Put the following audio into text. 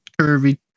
curvy